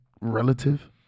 relative